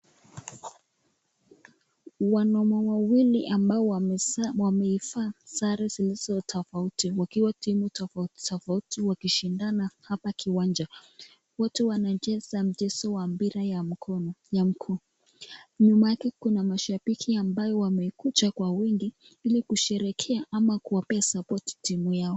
Wanaume wawili ambao wamesa wameivaa sare zilizo tafauti mwakiwa timu tafauti wakishindana hapa kiwanja. wote wanacheza mchezo wa mpira ya mkono ya mguu. nyuma yake kuna mshabiki ambaye wamekuja kwa wingi ili kusherekea ama kwa kuwapa sapoti timu yao.